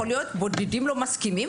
יכול להיות שבודדים לא מסכימים,